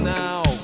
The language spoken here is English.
now